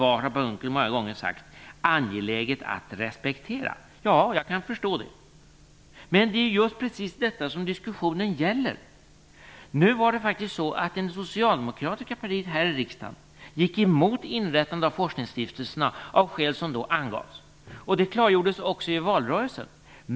Per Unckel har många gånger sagt att det var angeläget att respektera det mandatet. Jag kan förstå det. Det är just precis detta som diskussionen gäller. Det socialdemokratiska partiet här i riksdagen gick emot inrättandet av forskningsstiftelser av skäl som då angavs. Det klargjordes också i valrörelsen.